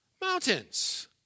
mountains